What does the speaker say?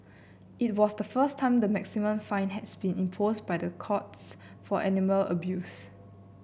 it was the first time the maximum fine has been imposed by the courts for animal abuse